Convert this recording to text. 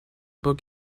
book